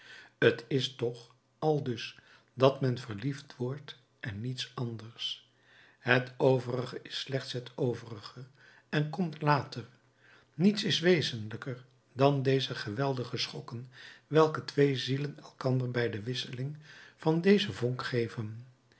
t is toch aldus dat men verliefd wordt en niets anders het overige is slechts het overige en komt later niets is wezenlijker dan deze geweldige schokken welke twee zielen elkander bij de wisseling van dezen vonk geven